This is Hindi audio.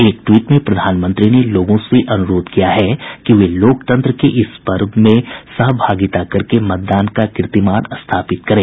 एक ट्वीट में प्रधानमंत्री ने लोगों से अनुरोध किया है कि वे लोकतंत्र के इस पर्व में सहभागिता करके मतदान का कीर्तिमान स्थापित करें